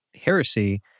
heresy